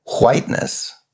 whiteness